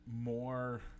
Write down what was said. more